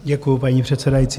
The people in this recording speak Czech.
Děkuji, paní předsedající.